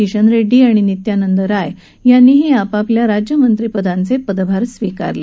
किशन राष्ट्री आणि नित्यनंद राय यांनीही आपल्या राज्यमंत्री पदाचा पदभार स्वीकारला